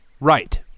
Right